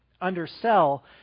undersell